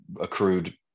accrued